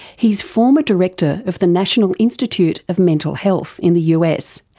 he's former director of the national institute of mental health in the us,